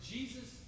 Jesus